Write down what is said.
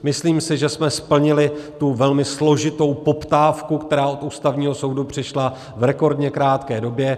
Myslím si, že jsme splnili tu velmi složitou poptávku, která od Ústavního soudu přišla, v rekordně krátké době.